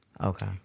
Okay